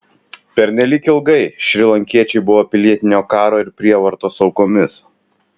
pernelyg ilgai šrilankiečiai buvo pilietinio karo ir prievartos aukomis